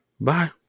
bye